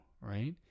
right